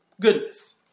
goodness